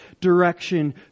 direction